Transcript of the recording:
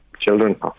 children